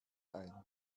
ein